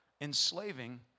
enslaving